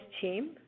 team